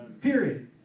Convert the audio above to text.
Period